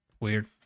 Weird